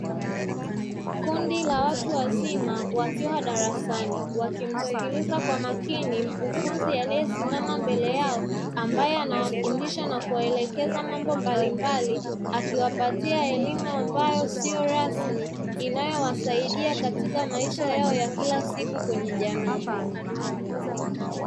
Kundi la watu wazima wakiwa darasani wakimsikiliza kwa makini mkufunzi aliyesimama mbele yao ambaye anawafundisha na kuwaelekeza mambo mbalimbali, akiwapatia elimu ambayo siyo rasmi inayowasaidia katika maisha yao ya kila siku kwenye jamii.